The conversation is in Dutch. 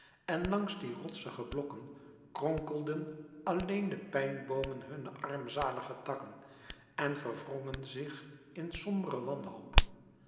en langs die rotsige blokken kronkelden alleen de pijnboomen hunne armzalige takken en verwrongen zich in sombere wanhoop